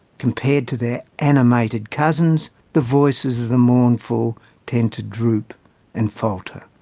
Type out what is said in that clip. compared to their animated cousins, the voices of the mournful tend to droop and falter.